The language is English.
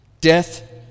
Death